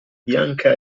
bianca